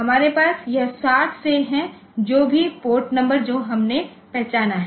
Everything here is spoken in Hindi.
हमारे पास यह 60 से है जो भी पोर्ट नंबर जो हमने पहचाना है